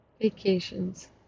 Vacations